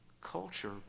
culture